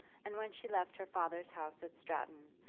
and when she left her father's house at stratton,